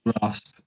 grasp